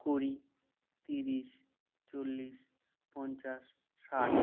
কুড়ি ত্রিশ চল্লিশ পঞ্চাশ ষাট